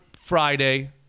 Friday